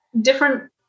different